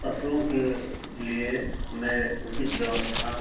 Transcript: पशुओं के लिए मैं उचित व्यवस्था